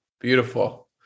Beautiful